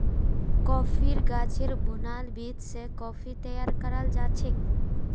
कॉफ़ीर गाछेर भुनाल बीज स कॉफ़ी तैयार कराल जाछेक